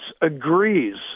agrees